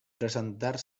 presentar